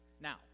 Now